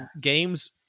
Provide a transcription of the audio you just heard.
games